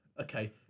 Okay